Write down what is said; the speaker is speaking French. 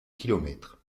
kilomètres